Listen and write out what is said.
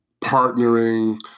partnering